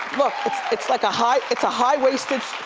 look it's it's like a high, it's a high waisted,